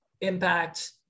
impact